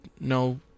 no